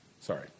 Sorry